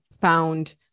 found